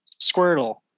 Squirtle